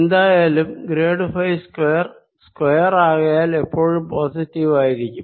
എന്തായാലും grad phi square എപ്പോഴും positive ആയിരിക്കും